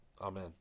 Amen